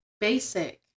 Basic